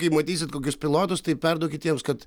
kai matysit kokius pilotus tai perduokit jiems kad